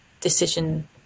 decision